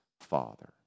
Father